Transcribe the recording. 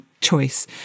choice